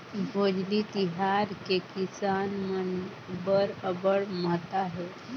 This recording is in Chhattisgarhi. भोजली तिहार के किसान मन बर अब्बड़ महत्ता हे